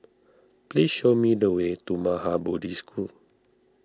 please show me the way to Maha Bodhi School